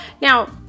Now